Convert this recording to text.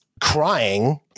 crying